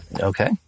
Okay